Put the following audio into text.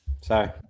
Sorry